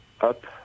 up